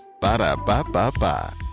Ba-da-ba-ba-ba